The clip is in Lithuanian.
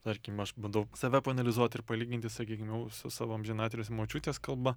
tarkim aš bandau save paanalizuot ir palyginti sakykim jau su savo amžinatilsį močiutės kalba